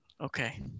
Okay